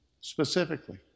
specifically